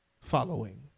following